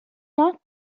not